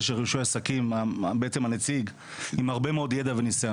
של רישוי עסקים והוא בעצם הנציג עם הרבה מאוד ידע וניסיון,